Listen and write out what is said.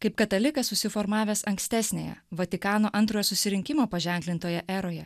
kaip katalikas susiformavęs ankstesnėje vatikano antrojo susirinkimo paženklintoje eroje